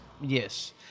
Yes